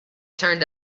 turned